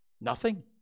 Nothing